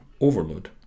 overload